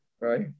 right